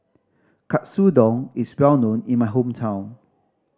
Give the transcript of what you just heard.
katsudon is well known in my hometown